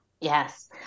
Yes